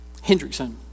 Hendrickson